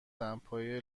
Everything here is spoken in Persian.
دمپایی